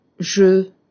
je